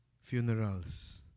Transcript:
funerals